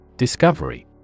Discovery